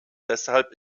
deshalb